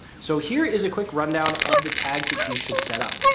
so here is a quick rundown of the tags that you should set up.